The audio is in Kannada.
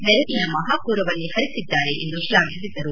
ನೆರವಿನ ಮಹಾಪೂರವನ್ನೇ ಪರಿಸಿದ್ದಾರೆ ಎಂದು ಶ್ಲಾಘಿಸಿದರು